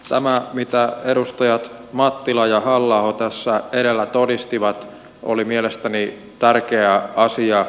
tämä mitä edustajat mattila ja halla aho tässä edellä todistivat oli mielestäni tärkeä asia